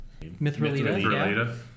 Mithrilita